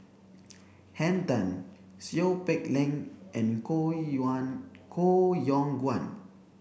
Henn Tan Seow Peck Leng and Koh Yuan Koh Yong Guan